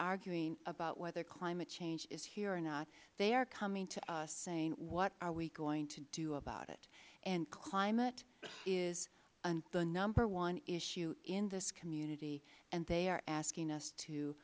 arguing about whether climate change is here or not they are coming to us saying what are we going to do about it and climate is the number one issue in this community and they are asking us to